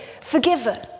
forgiven